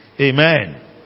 Amen